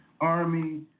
Army